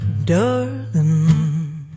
Darling